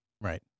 Right